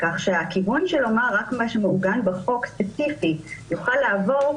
כך שהכיוון של לומר שרק מה שמעוגן בחוק ספציפית יוכל לעבור,